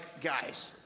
guys